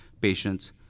patients